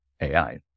AI